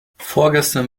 vorgestern